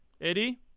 Eddie